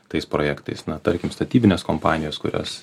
tais projektais na tarkim statybinės kompanijos kurios